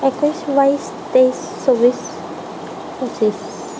একৈছ বাইছ তেইছ চৌব্বিছ পঁচিছ